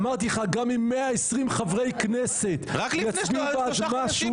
אמרתי לך גם עם 120 חברי כנסת יצביעו בעד משהו,